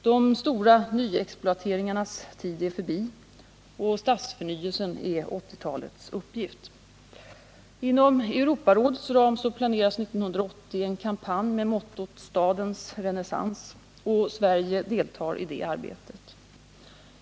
De stora nyexploateringarnas tid är förbi, och stadsförnyelsen är 1980-talets uppgift. Inom Europarådets ram planeras 1980 en kampanj med mottot ”Stadens renässans”, och Sverige deltar i det arbetet.